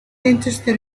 interested